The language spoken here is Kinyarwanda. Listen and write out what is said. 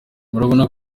murabona